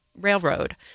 Railroad